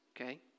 okay